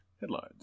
Headlines